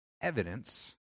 evidence